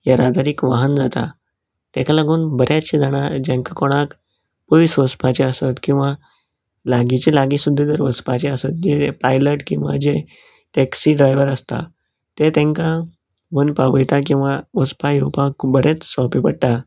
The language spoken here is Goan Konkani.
येरादारीक वाहन जाता तेका लागोन बरेचशें जाणांक जेंकां कोणाक पयस वचपाचें आसत किंवां लागीचें लागीं सुद्दां जर वचपाचें पायलट किंवां जे टॅक्सी ड्रायवर आसता ते तेंकां व्हरून पावयतात किंवां वचपा येवपाक बरेच सोंपें पडटा